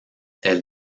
elle